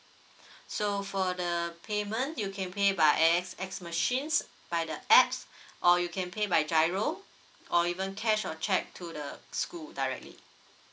so for the payment you can pay by A_X_X machine by the apps or you can pay by G_I_R_O or even cash your check to the school directly